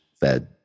fed